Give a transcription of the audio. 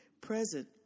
present